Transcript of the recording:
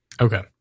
Okay